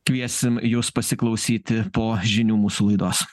kviesim jus pasiklausyti po žinių mūsų laidos